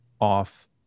off